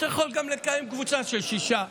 אתה יכול גם לקיים קבוצה של שישה,